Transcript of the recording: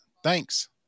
Thanks